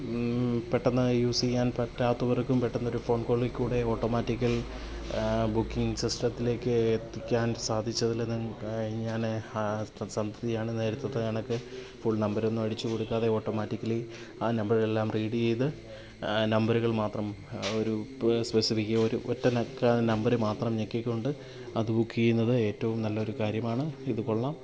പെട്ടെന്ന് യൂസ് ചെയ്യാൻ പറ്റാത്തവർക്കും പെട്ടെന്നൊരു ഫോൺ കോളിൽക്കൂടി ഓട്ടോമാറ്റിക്കൽ ബുക്കിങ്ങ് സിസ്റ്റത്തിലേക്ക് എത്തിക്കാൻ സാധിച്ചതിൽ ഞാൻ സംതൃപ്തിയാണ് നേരത്തത്തേ കണക്ക് ഫുൾ നമ്പറൊന്നും അടിച്ചു കൊടുക്കാതെ ഓട്ടോമാറ്റിക്കലി ആ നമ്പറെല്ലാം റീഡ് ചെയ്ത് നമ്പറുകൾ മാത്രം ഒരു സ്പെസിഫിക് ഒരു ഒറ്റ നമ്പർ മാത്രം ഞെക്കിക്കൊണ്ട് അത് ബുക്ക് ചെയ്യുന്നത് ഏറ്റവും നല്ലൊരു കാര്യമാണ് ഇതു കൊള്ളാം